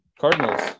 Cardinals